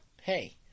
hey